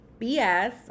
BS